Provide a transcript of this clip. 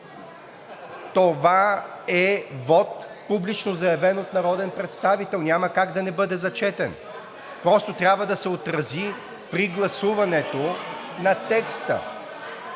Това е вот, публично заявен от народен представител, и няма как да не бъде зачетен. Просто трябва да се отрази при гласуването на текста.